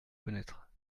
connaître